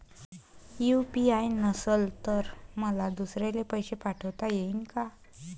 UPI नसल तर मले दुसऱ्याले पैसे पाठोता येईन का?